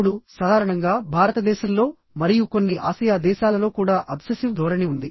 ఇప్పుడు సాధారణంగా భారతదేశంలో మరియు కొన్ని ఆసియా దేశాలలో కూడా అబ్సెసివ్ ధోరణి ఉంది